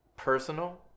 personal